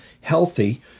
healthy